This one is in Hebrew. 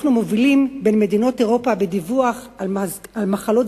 אנחנו מובילים בין מדינות אירופה בדיווח על מחלות